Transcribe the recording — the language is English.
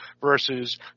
versus